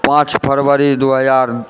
पाँच फरवरी दू हजार